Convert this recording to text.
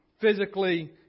physically